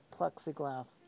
plexiglass